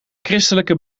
christelijke